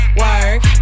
work